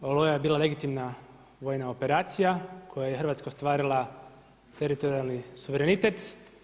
Oluja je bila legitimna vojna operacija koja je Hrvatsku ostvarila teritorijalni suverenitet.